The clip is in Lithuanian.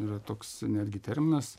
yra toks netgi terminas